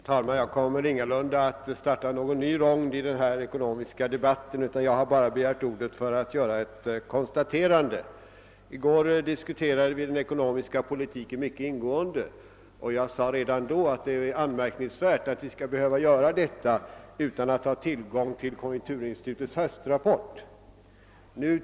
Herr talman! Jag kommer ingalunda att starta någon ny rond i denna ekonomiska debatt; jag har bara begärt ordet för att göra ett konstaterande. I går diskuterade vi mycket ingående den ekonomiska politiken, och jag sade redan då att det var anmärkningsvärt att vi skulle behöva göra detta utan att ha tillgång till konjunkturinstitutets höstrapport.